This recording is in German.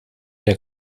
der